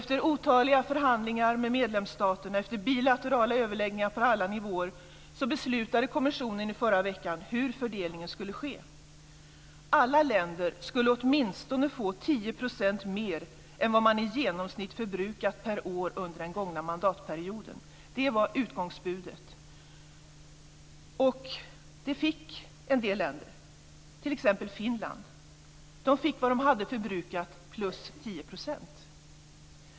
Efter otaliga förhandlingar med medlemsstaterna och efter bilaterala överläggningar på alla nivåer beslutade kommissionen förra veckan hur fördelningen skulle ske. Alla länder skulle åtminstone få 10 % mer än man i genomsnitt förbrukat per år under den gångna mandatperioden; det var utgångsbudet. Det fick en del länder, t.ex Finland som fick vad man hade förbrukat plus 10 %.